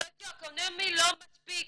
סוציו אקונומי לא מספיק.